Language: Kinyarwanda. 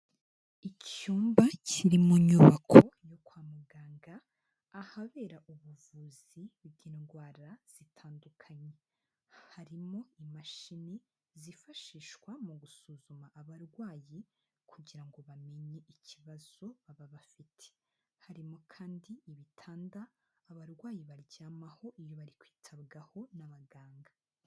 Icyumba kiri mu nyubako yo kwa muganga, ahabera ubuvuzi bw'indwara zitandukanye, harimo imashini zifashishwa mu gusuzuma abarwayi kugira ngo bamenye ikibazo bafite harimo kandi ibitanda abarwayi baryamaho iyo bari kwitabwaho n'abaganga.